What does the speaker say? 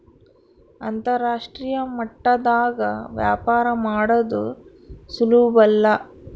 ಅಂತರಾಷ್ಟ್ರೀಯ ಮಟ್ಟದಾಗ ವ್ಯಾಪಾರ ಮಾಡದು ಸುಲುಬಲ್ಲ